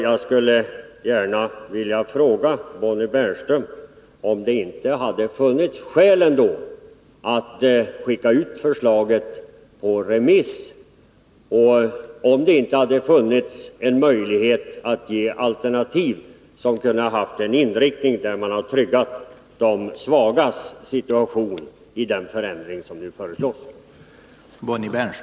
Jag skulle gärna vilja fråga Bonnie Bernström om det inte hade funnits skäl att skicka ut förslaget på remiss och om det inte hade funnits en möjlighet till alternativ med en sådan inriktning att man tryggat de svagas situation i den förändring som nu föreslås.